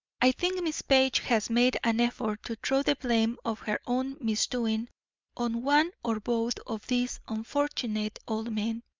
i think miss page has made an effort to throw the blame of her own misdoing on one or both of these unfortunate old men.